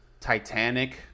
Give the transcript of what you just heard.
Titanic